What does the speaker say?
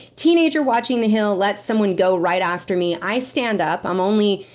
teenager watching the hill lets someone go right after me. i stand up. i'm only,